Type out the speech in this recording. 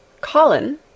Colin